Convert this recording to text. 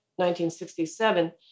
1967